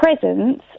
presence